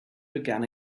began